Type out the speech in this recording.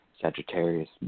Sagittarius